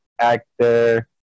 actor